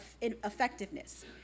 effectiveness